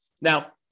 Now